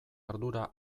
ardura